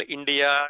India